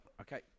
Okay